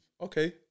okay